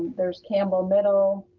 there's campbell middle,